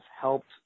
helped